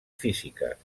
físiques